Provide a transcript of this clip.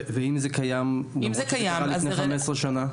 ואם זה קיים למרות שזה קרה לפני 15 שנה?